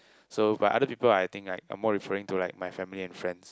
so by other people I think like I'm more referring to like my family and friends